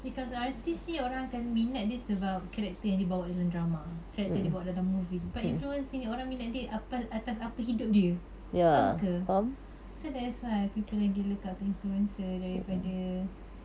because artist ni orang akan minat dia sebab character yang dia bawa dalam drama character dia bawa dalam movie but influencer ni orang minat dia apa atas apa hidup dia faham ke so that's why people lagi look up to influencer daripada